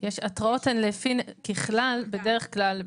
התראות בדרך כלל,